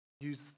use